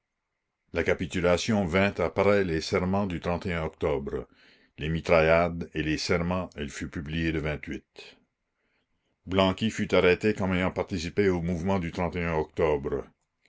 la capitulation vint après les serments du octobre les mitraillades et les serments elle fut publiée le lanqui fut arrêté comme ayant participé au mouvement du octobre